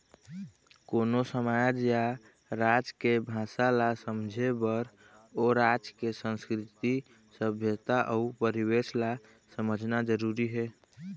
कोनो समाज या राज के भासा ल समझे बर ओ राज के संस्कृति, सभ्यता अउ परिवेस ल समझना जरुरी हे